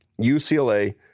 UCLA